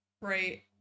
Right